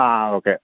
ആ ഓക്കെ